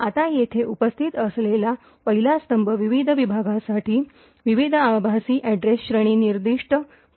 आता येथे उपस्थित असलेला पहिला स्तंभ विविध विभागांसाठी विविध आभासी अॅड्रेस श्रेणी निर्दिष्ट करतो